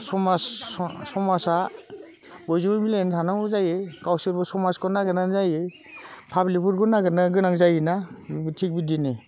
समाज समाजा बयजोंबो मिलायनानै थानांगौ जायो गावसोरबो समाजखौ नागिरनांगौ जायो पाब्लिकफोरखौ नागिरनो गोनां जायोना थिग बिदिनो